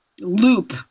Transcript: loop